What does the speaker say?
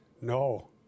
No